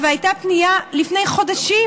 והייתה פנייה לפני חודשים,